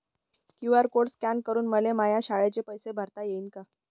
QR code scan करून मले माया शाळेचे पैसे भरता येईन का?